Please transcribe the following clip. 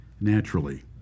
naturally